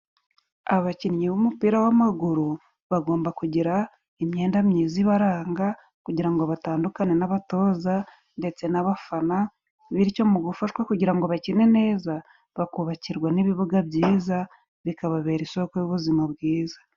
Abakinnyi b'umupira w'amaguru， bagomba kugira imyenda myiza ibaranga，kugira ngo batandukane n'abatoza ndetse n'abafana， bityo mu gufashwa kugira ngo bakine neza， bakubakirwa n'ibibuga byiza， bikababera isoko y'ubuzima bwiza.